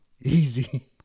Easy